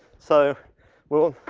so we'll,